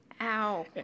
Ow